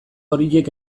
horiek